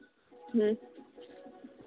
ᱦᱮᱸ